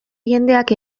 jendeak